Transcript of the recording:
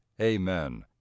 Amen